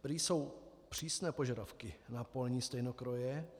Prý jsou přísné požadavky na polní stejnokroje.